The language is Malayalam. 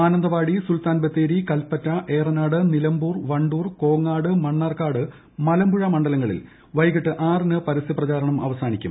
മാനന്തവാടി സുൽത്താൻ ബത്തേരി കൽപ്പറ്റ ഏറനാട് നിലമ്പൂർ വണ്ടൂർ കോങ്ങാട് മണ്ണാർക്കാട് മലമ്പുഴ മണ്ഡലങ്ങളിൽ വൈകിട്ട് ആറിന് പരസൃ പ്രചരണം അവസാനിക്കും